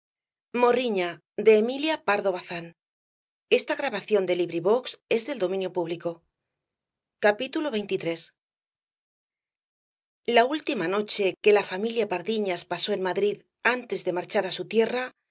xxiii la última noche que la familia pardiñas pasó en madrid antes de marchar á su tierra